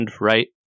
Right